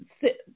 sit